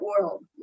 world